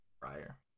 prior